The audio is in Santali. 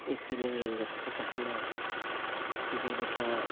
ᱤᱯᱤᱞ ᱮᱸᱜᱮᱞ ᱡᱚᱛᱚ ᱠᱚ ᱛᱟᱦᱮᱱᱟ ᱡᱮᱞᱮᱠᱟ